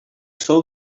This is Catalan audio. sol